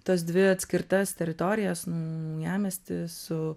tos dvi atskirtas teritorijas naujamiestį su